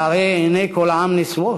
והרי עיני כל העם נשואות.